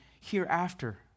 hereafter